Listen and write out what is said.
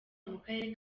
akarere